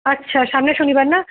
আচ্ছা সামনের শনিবার না